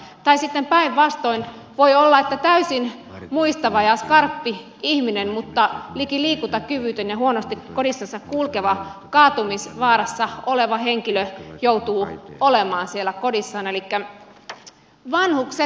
tai sitten päinvastoin voi olla että täysin muistava ja skarppi ihminen mutta liki liikuntakyvytön ja huonosti kodissansa kulkeva kaatumisvaarassa oleva henkilö joutuu olemaan siellä kodissaan